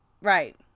right